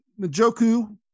Najoku